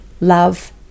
love